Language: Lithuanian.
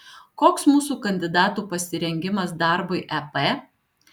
koks mūsų kandidatų pasirengimas darbui ep